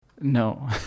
no